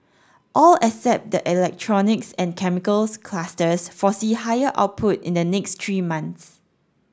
all except the electronics and chemicals clusters foresee higher output in the next three months